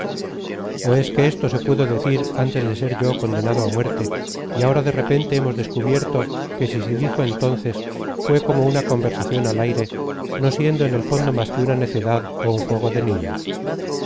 es que esto se pudo decir antes de ser yo condenado á muerte y ahora de repente hemos descubierto que si se dijo entonces fué como una conversación al aire no siendo en el fondo más que una necedad ó un juego de niños